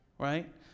Right